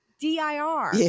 D-I-R